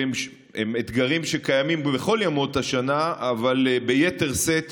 שהם אתגרים שקיימים בכל ימות השנה אך ביתר שאת